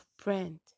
friend